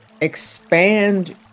expand